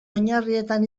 oinarrietan